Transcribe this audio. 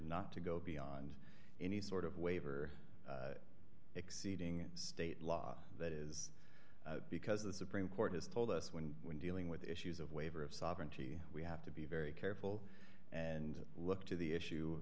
not to go beyond any sort of waiver exceeding state law that is because the supreme court has told us when when dealing with issues of waiver of sovereignty we have to be very careful and look to the issue